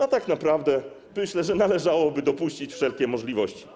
A tak naprawdę myślę, że należałoby dopuścić wszelkie możliwości.